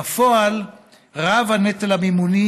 בפועל רב נטל המימון,